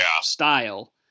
style